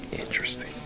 Interesting